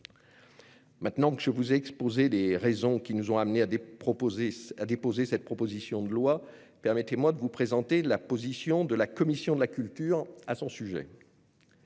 Maintenant que je vous ai exposé les raisons qui nous ont amenés à déposer cette proposition de loi, permettez-moi de vous présenter la position de la commission de la culture sur ce